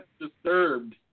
Disturbed